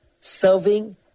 serving